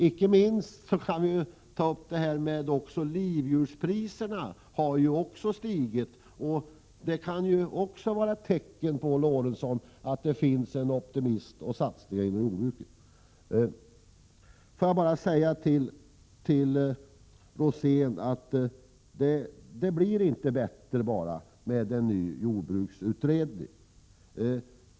Icke minst kan nämnas att livdjurspriserna har stigit, vilket också kan vara ett tecken på att det finns en optimism och att det görs satsningar inom jordbruket, Sven Eric Lorentzon. Får jag bara säga till Bengt Rosén att det inte blir bättre med en ny jordbruksutredning.